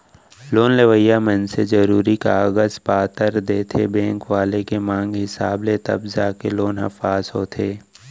loan लेवइया मनसे जरुरी कागज पतर देथे बेंक वाले के मांग हिसाब ले तब जाके लोन ह पास होथे